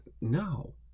No